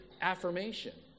affirmation